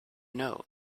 know